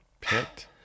pit